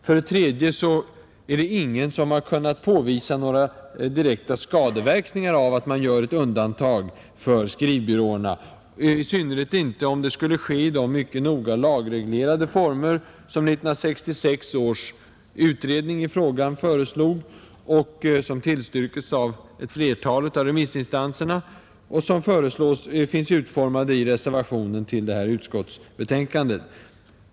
För det tredje har ingen kunnat påvisa några direkta skadeverkningar av att man gör undantag för skrivbyråerna, i synnerhet inte om det skulle ske i de mycket noga lagreglerade former som 1966 års utredning föreslog, som tillstyrkes av flertalet av remissinstanserna, och som finns utformade i reservationen till utskottsbetänkandet.